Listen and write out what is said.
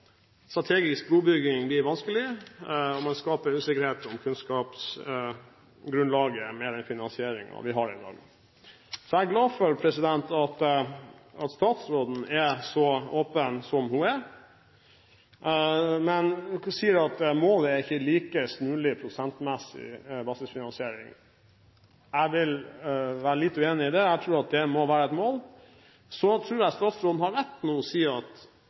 Strategisk brobygging blir vanskelig, og med den finansieringen vi har i Norge, skaper man usikkerhet om kunnskapsgrunnlaget. Jeg er glad for at statsråden er så åpen som hun er, men hun sier at målet er ikke likest mulig prosentmessig basisfinansiering. Jeg er litt uenig i det; jeg tror det må være et mål. Så tror jeg statsråden har rett når hun sier at